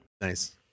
nice